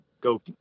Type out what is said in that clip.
Go